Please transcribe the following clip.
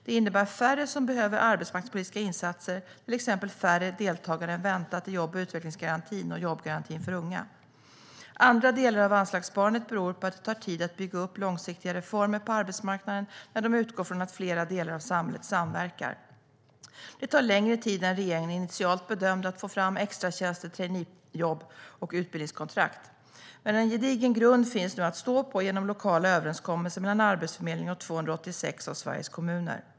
Det innebär färre som behöver arbetsmarknadspolitiska insatser, till exempel färre deltagare än väntat i jobb och utvecklingsgarantin och jobbgarantin för unga. Andra delar av anslagssparandet beror på att det tar tid att bygga upp långsiktiga reformer på arbetsmarknaden när de utgår från att flera delar av samhället samverkar. Det tar längre tid än regeringen initialt bedömde att få fram extratjänster, traineejobb och utbildningskontrakt, men en gedigen grund finns nu att stå på genom lokala överenskommelser mellan Arbetsförmedlingen och 286 av Sveriges kommuner.